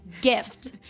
gift